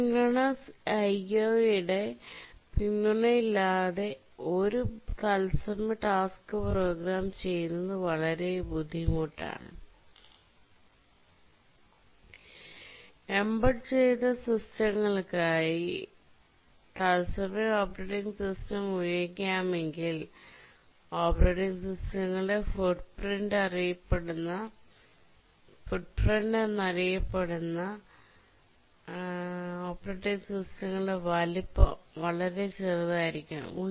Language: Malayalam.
അസിൻക്രൊൻസ് IOasynchronous IO യുടെ പിന്തുണയില്ലാതെ ഒരു തത്സമയ ടാസ്ക് പ്രോഗ്രാം ചെയ്യുന്നത് വളരെ ബുദ്ധിമുട്ടാണ്I എംബഡ് ചെയ്ത സിസ്റ്റങ്ങൾക്കായി തത്സമയ ഓപ്പറേറ്റിംഗ് സിസ്റ്റം ഉപയോഗിക്കണമെങ്കിൽ ഓപ്പറേറ്റിംഗ് സിസ്റ്റങ്ങളുടെ ഫുട്പ്രിന്റ് എന്ന് അറിയപ്പെടുന്ന ഓപ്പറേറ്റിംഗ് സിസ്റ്റങ്ങളുടെ വലുപ്പം വളരെ ചെറുതായിരിക്കണം